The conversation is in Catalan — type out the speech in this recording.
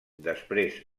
després